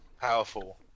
powerful